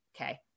okay